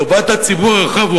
טובת הציבור הרחב,